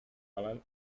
galán